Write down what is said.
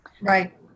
Right